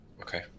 Okay